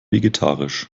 vegetarisch